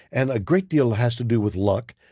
and a great deal has to do with luck.